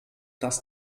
das